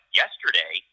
yesterday